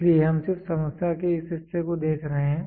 इसलिए हम सिर्फ समस्या के इस हिस्से को देख रहे हैं